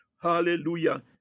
hallelujah